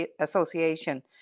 Association